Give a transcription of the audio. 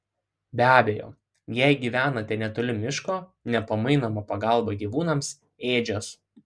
be abejo jei gyvenate netoli miško nepamainoma pagalba gyvūnams ėdžios